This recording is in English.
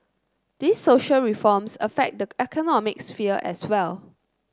these social reforms affect the economic sphere as well